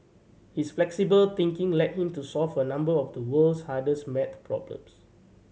his flexible thinking led him to solve a number of the world's hardest math problems